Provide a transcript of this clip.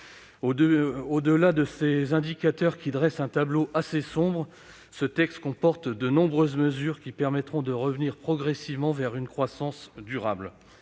Au-delà de ces indicateurs, qui révèlent un tableau assez sombre, ce texte comporte de nombreuses mesures qui permettront de revenir progressivement vers une croissance durable.